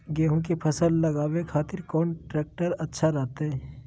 गेहूं के फसल लगावे खातिर कौन ट्रेक्टर अच्छा रहतय?